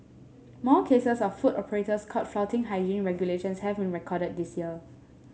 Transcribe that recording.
more cases of food operators caught flouting hygiene regulations have been recorded this year